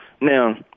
Now